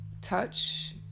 touch